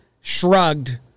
shrugged